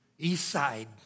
Eastside